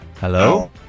Hello